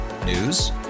News